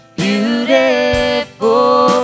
beautiful